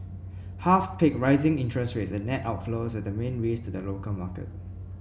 half picked rising interest rates and net outflows as the main risks to the local market